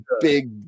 big